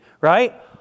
right